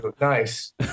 nice